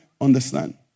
understand